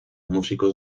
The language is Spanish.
músicos